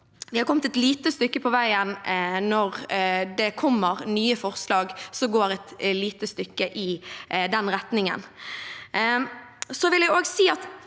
vi har kommet et lite stykke på veien når det kommer nye forslag som går et lite stykke i den retningen. Jeg vil også si at